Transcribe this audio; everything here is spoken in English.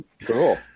Cool